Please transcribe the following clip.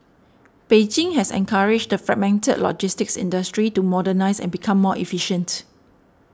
Beijing has encouraged the fragmented logistics industry to modernise and become more efficient